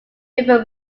river